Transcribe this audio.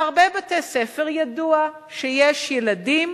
בהרבה בתי-ספר ידוע שיש ילדים